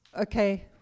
Okay